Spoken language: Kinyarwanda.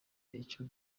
icyo